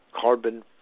carbon